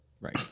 Right